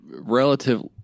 relative